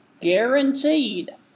guaranteed